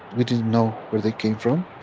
we didn't know where they came from,